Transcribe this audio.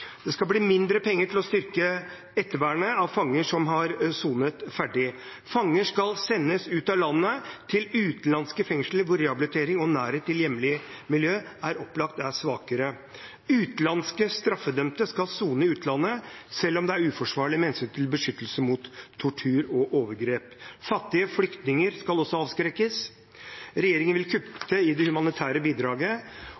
Det skal bli mindre penger til å styrke ettervernet av fanger som har sonet ferdig. Fanger skal sendes ut av landet til utenlandske fengsler, hvor rehabilitering og nærhet til hjemlig miljø opplagt er svakere. Utenlandske straffedømte skal sone i utlandet, selv om det er uforsvarlig med hensyn til beskyttelse mot tortur og overgrep. Fattige flyktninger skal også avskrekkes. Regjeringen vil